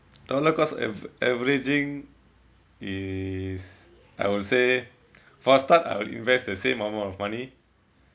dollar cost av~ averaging is I will say for a start I will invest the same amount of money